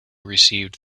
received